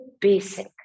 basic